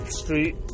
street